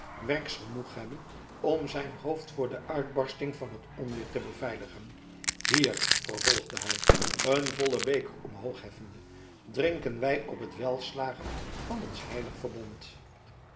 werks genoeg hebben om zijn hoofd voor de uitbarsting van het onweer te beveiligen hier vervolgde hij een vollen beker omhoogheffende drinken wij op het welslagen van ons heilig verbond